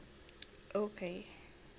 okay